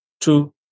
two